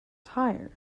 tired